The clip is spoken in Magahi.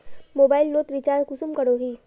मोबाईल लोत रिचार्ज कुंसम करोही?